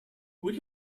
would